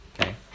Okay